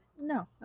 No